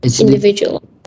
Individual